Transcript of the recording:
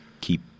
keep